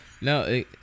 no